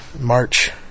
March